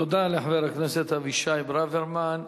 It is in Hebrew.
תודה לחבר הכנסת אבישי ברוורמן.